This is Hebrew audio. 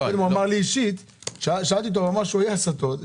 שאלתי אותו אישית והוא אמר לי שהיו הסטות.